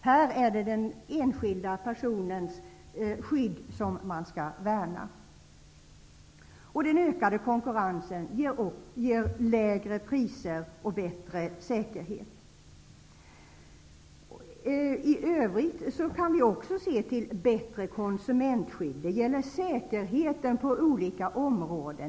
Här är den enskilda konsumentens skydd som värnas. Den ökade konkurrensen ger lägre priser och bättre säkerhet. Även i övrigt blir det ett bättre konsumentskydd. Det gäller säkerheten på olika områden.